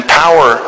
power